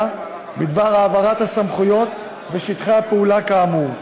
בדבר העברת הסמכויות ושטחי הפעולה כאמור.